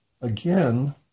again